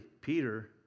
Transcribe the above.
Peter